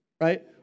right